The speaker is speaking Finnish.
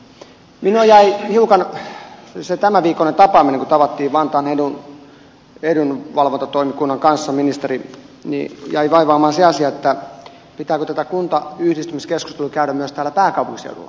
minua jäi hiukan siitä tämänviikkoisesta tapaamisesta kun tavattiin vantaan edunvalvontatoimikunnan kanssa ministeri vaivaamaan se asia pitääkö tätä kuntayhdistämiskeskustelua käydä myös täällä pääkaupunkiseudulla